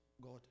God